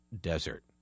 Desert